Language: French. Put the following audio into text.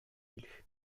élus